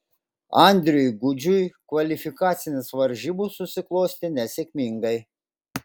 andriui gudžiui kvalifikacinės varžybos susiklostė nesėkmingai